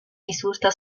risulta